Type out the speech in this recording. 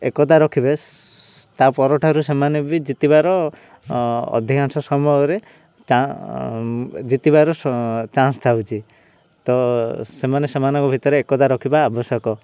ଏକତା ରଖିବେ ତା ପର ଠାରୁ ସେମାନେ ବି ଜିତିବାର ଅଧିକାଂଶ ସମୟରେ ଜିତିବାର ଚାନ୍ସ ଥାଉଛି ତ ସେମାନେ ସେମାନଙ୍କ ଭିତରେ ଏକତା ରଖିବା ଆବଶ୍ୟକ